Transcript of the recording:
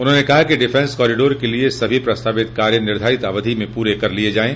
उन्होंने कहा कि डिफेंस कॉरिडोर के लिये सभी प्रस्तावित कार्य निर्धारित अवधि में पूरे कर लिये जाये